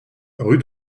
rue